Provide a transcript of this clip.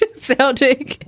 Sounding